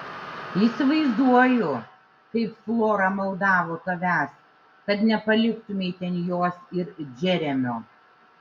įsivaizduoju kaip flora maldavo tavęs kad nepaliktumei ten jos ir džeremio